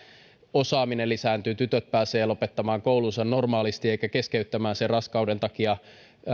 osaaminen lisääntyy tytöt pääsevät lopettamaan koulunsa normaalisti eivätkä keskeyttämään sen raskauden takia